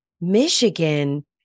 Michigan